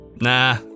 Nah